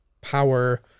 power